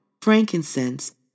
frankincense